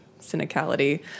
cynicality